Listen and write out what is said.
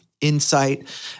insight